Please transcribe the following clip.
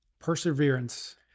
perseverance